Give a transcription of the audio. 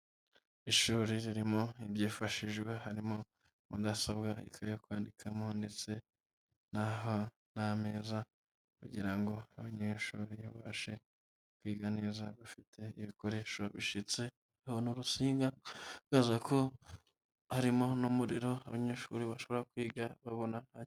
Ishuri ririmo ibyifashijwe, harimo mudasobwa, ikayi yo kwandikamo, ndetse n'ameza kugira ngo abanyeshuri babashe kwiga neza bafite ibikoresho bishyitse, babona urusinga, ndibaza ko harimo n'umuriro abanyeshuri bashobora kwiga babona.